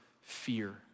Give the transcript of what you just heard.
fear